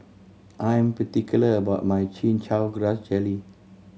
I am particular about my Chin Chow Grass Jelly